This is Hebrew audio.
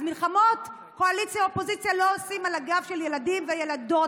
אז מלחמות קואליציה אופוזיציה לא עושים על הגב של ילדים וילדות,